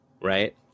Right